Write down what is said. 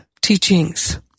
teachings